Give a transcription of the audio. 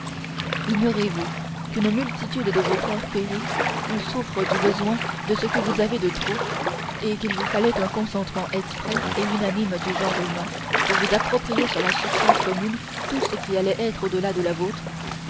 ignorez-vous qu'une multitude de vos frères périt ou souffre du besoin de ce que vous avez de trop et qu'il vous fallait un consentement exprès et unanime du genre humain pour vous approprier sur la subsistance commune tout ce qui allait au-delà de la vôtre